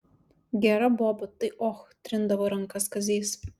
gera boba tai och trindavo rankas kazys